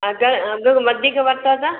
अगर अघु वधीक वरता त